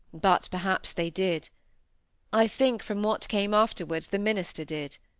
but perhaps they did i think, from what came afterwards, the minister did.